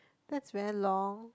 that's very long